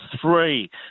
three